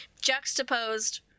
juxtaposed